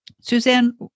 Suzanne